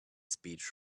speech